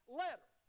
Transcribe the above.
letter